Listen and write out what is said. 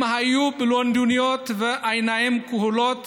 אם היו בלונדינים עם עיניים כחולות